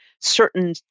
certain